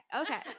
okay